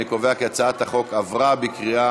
אני קובע כי הצעת החוק התקבלה בקריאה